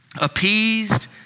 Appeased